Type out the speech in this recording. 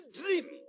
dream